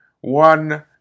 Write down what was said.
One